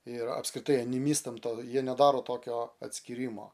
ir apskritai animistam to jie nedaro tokio atskyrimo